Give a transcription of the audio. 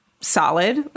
solid